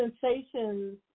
sensations